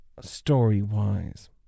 story-wise